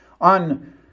on